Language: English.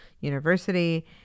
University